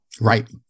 Right